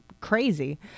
crazy